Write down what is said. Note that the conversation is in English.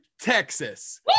Texas